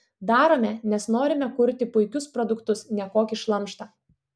darome nes norime kurti puikius produktus ne kokį šlamštą